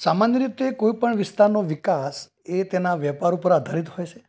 સામાન્ય રીતે કોઈપણ વિસ્તારનો વિકાસ એ તેના વ્યાપાર ઉપર આધારિત હોય છે